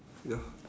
ya